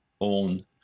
own